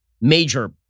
major